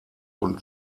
und